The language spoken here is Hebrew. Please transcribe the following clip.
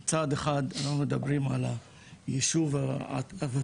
צעד אחד אנחנו מדברים על הישוב הוותיק,